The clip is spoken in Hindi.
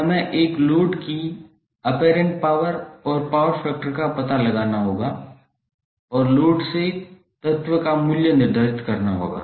अब हमें एक लोड की ऑपेरेंट पावर और पावर फैक्टर का पता लगाना होगा और लोड से तत्व का मूल्य निर्धारित करना होगा